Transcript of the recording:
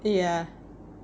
ya